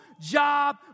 job